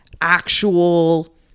actual